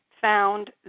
found